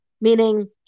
meaning